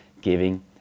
giving